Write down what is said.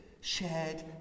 shared